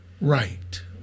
right